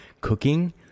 cooking